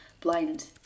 blind